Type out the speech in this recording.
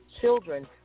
children